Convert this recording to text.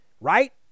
right